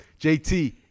JT